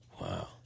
Wow